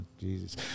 Jesus